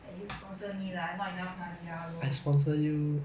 eh you sponsor me lah I not enough money lah hello